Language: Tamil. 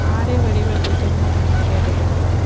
ஆடியோ வடிவ புத்தகங்களை நாங்கள் கேட்டதில்லைங்க